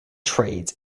trades